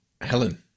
Helen